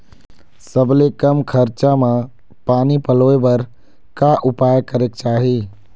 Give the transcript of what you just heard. सबले कम खरचा मा पानी पलोए बर का उपाय करेक चाही?